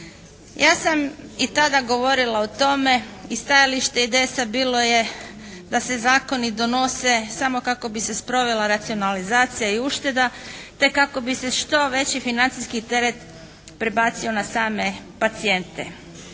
Ja sam i tada govorila o tome i stajalište IDS-a bilo je da se zakoni donose samo kako bi se sprovela racionalizacija i ušteda te kako bi se što veći financijski teret prebacio na same pacijente.